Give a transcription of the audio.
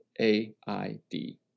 A-I-D